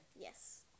Yes